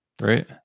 right